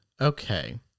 Okay